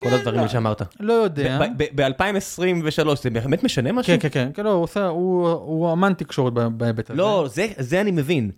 כל הדברים שאמרת לא יודע ב-2023 זה באמת משנה מה כן כן כן כן לא עושה הוא הוא אמן תקשורת בהיבט הזה. לא זה זה אני מבין.